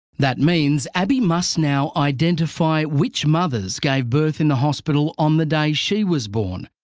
that means abii must now identify which mothers gave birth in the hospital on the day she was born.